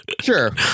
sure